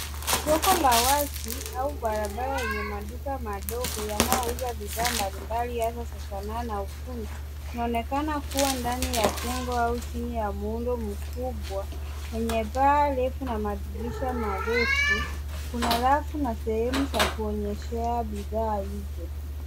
Soko la wazi au barabara yenye maduka madogo yanayouza bidhaa mbalimbali hasa za sanaa na ufundi. Inaonekana kuwa ndani ya jengo au chini ya muundo mkubwa yenye pa refu na madirisha marefu. Kuna rafu na sehemu za kuonyesha bidhaa hizo.